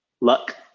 Luck